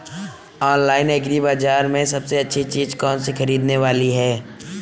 Online agri बाजार में सबसे अच्छी चीज कौन सी ख़रीदने वाली है?